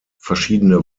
verschiedene